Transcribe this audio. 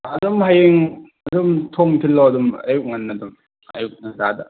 ꯑꯗꯨꯝ ꯍꯌꯦꯡ ꯑꯗꯨꯝ ꯊꯣꯡ ꯊꯤꯜꯂꯣ ꯑꯌꯨꯛ ꯉꯟꯅ ꯑꯗꯨꯝ ꯑꯌꯨꯛ ꯉꯟꯇꯥꯗ